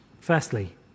Firstly